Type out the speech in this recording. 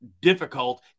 difficult